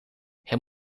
het